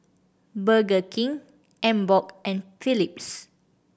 Burger King Emborg and Philips